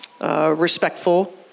Respectful